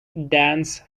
dense